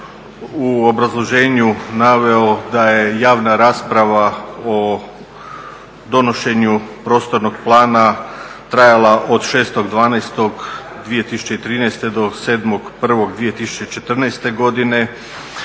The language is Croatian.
u obrazloženju naveo da je javna rasprava o donošenju prostornog plana trajala od 6. 12. 2013. do 7. 1. 2014. godine.